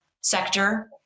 sector